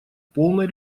полной